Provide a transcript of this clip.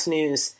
News